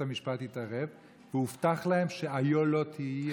לכך שבית המשפט יתערב, והובטח להם שהיֹה לא תהיה.